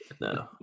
No